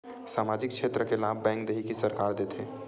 सामाजिक क्षेत्र के लाभ बैंक देही कि सरकार देथे?